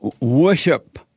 worship